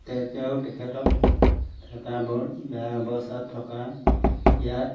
তে তেওঁ তেখেতক এটা বৰ বেয়া অৱস্থাত থকা ইয়াত